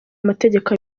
amategeko